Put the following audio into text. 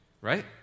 right